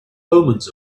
omens